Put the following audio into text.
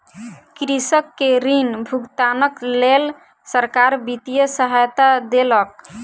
कृषक के ऋण भुगतानक लेल सरकार वित्तीय सहायता देलक